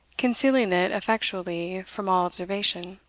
concealing it effectually from all observation.